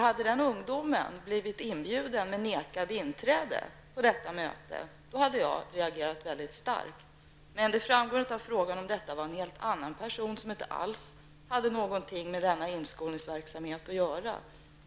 Hade den ungdomen blivit inbjuden men vägrats inträde till detta möte, då hade jag reagerat väldigt starkt. Men det framgår inte av frågan om detta var en helt annan person som inte alls hade något med denna inskolningsverksamhet att göra.